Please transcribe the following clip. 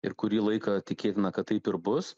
ir kurį laiką tikėtina kad taip ir bus